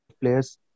players